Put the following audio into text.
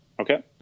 okay